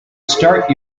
start